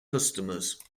customers